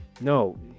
No